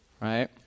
right